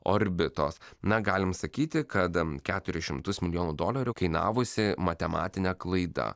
orbitos na galim sakyti kad tam keturis šimtus milijonų dolerių kainavusi matematinė klaida